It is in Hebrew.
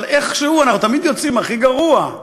אבל איכשהו אנחנו תמיד יוצאים הכי גרוע,